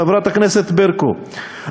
חברת הכנסת ברקו,